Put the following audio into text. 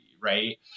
right